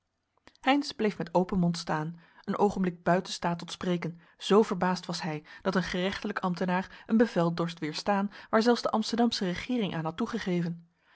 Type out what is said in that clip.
heynsz bleef met open mond staan een oogenblik buiten staat tot spreken zoo verbaasd was hij dat een gerechtelijk ambtenaar een bevel dorst weerstaan waar zelfs de amsterdamsche regeering aan had toegegeven